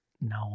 no